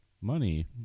money